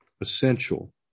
essential